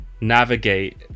navigate